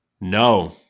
No